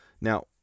Now